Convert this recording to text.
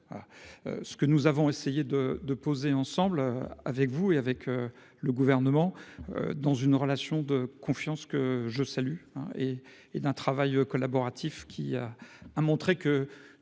Ce que nous avons essayé de de poser ensemble avec vous et avec le gouvernement. Dans une relation de confiance que je salue hein et et d'un travail collaboratif qui a a montré que